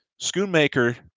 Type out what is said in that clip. Schoonmaker